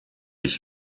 ich